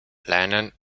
leinen